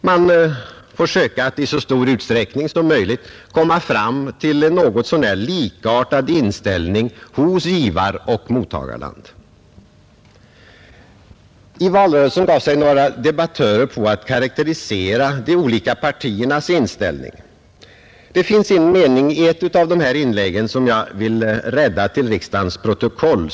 Man får söka att i så stor utsträckning som möjligt komma fram till en något så när likartad inställning hos givaroch mottagarland. I valrörelsen gav sig några debattörer på att karakterisera de olika partiernas inställning. Det finns en mening i ett av deras inlägg som jag vill rädda till riksdagens protokoll.